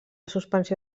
suspensió